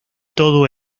todo